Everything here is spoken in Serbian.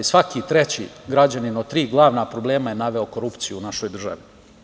Svaki treći građanin od tri glavna problema je naveo korupciju u našoj državi.